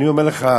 אני אומר לך,